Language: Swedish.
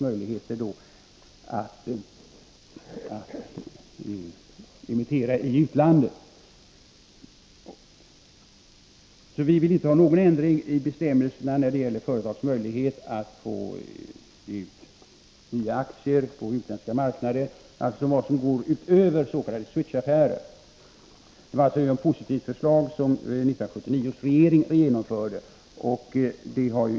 Vi vill således inte ha några ändringar i bestämmelserna när det gäller företags möjligheter att få ge ut nya aktier på utländska marknader — alltså vad som går utöver s.k. switch-affärer. Det var alltså en positiv åtgärd som 1979 års regering genomförde.